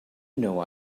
know